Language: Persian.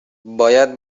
باید